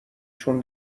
چون